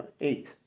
eight